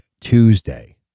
Tuesday